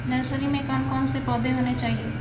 Nursery में कौन कौन से पौधे होने चाहिए?